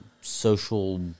social